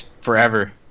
Forever